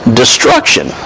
destruction